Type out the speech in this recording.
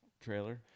trailer